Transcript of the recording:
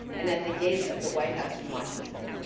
and at the gates of the white house in washington.